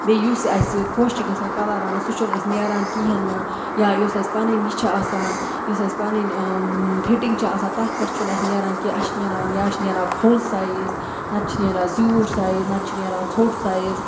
بیٚیہِ یُس اَسہِ خۄش چھُ گَژھان کَلَر اَنو سُہ چھُنہٕ اَسہِ نیران کِہیٖنۍ نہٕ یا یُس اَسہِ پَنٕنۍ یہِ چھِ آسان یُس اَسہِ پَنٕنۍ فِٹِنٛگ چھِ آسان تَتھ پٮ۪ٹھ چھُنہٕ اَسہِ نیران کہِ اَسہِ چھِ نیران یا چھِ نیران کھوٚل سایِز نَتہٕ چھِ نیران زیوٗٹھ سایِز نَتہٕ چھِ نیران ژھوٚٹ سایِز